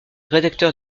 rédacteurs